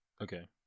okay